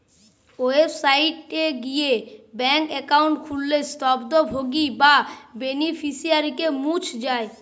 website গিয়ে bank account খুললে স্বত্বভোগী বা বেনিফিশিয়ারিকে মুছ যায়